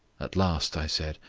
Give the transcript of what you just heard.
at last i said,